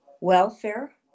Welfare